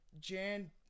Jan